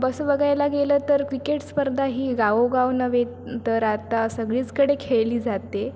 तसं बघायला गेलं तर क्रिकेट स्पर्धा ही गावोगाव नव्हे तर आता सगळीचकडे खेळली जाते